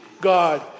God